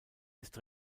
ist